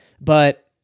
But-